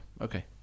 Okay